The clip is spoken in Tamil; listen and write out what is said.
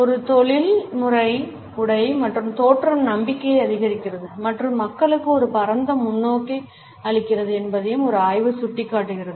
ஒரு தொழில்முறை உடை மற்றும் தோற்றம் நம்பிக்கையை அதிகரிக்கிறது மற்றும் மக்களுக்கு ஒரு பரந்த முன்னோக்கை அளிக்கிறது என்பதையும் ஒரு ஆய்வு சுட்டிக்காட்டுகிறது